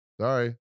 Sorry